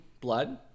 blood